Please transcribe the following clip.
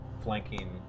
flanking